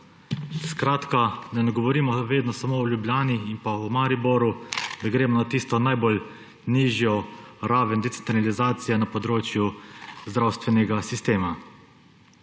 Skratka, da ne govorimo vedno samo o Ljubljani in Mariboru, da gremo na tisto najnižjo raven decentralizacije na področju zdravstvenega sistema.